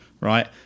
Right